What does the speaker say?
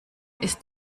ist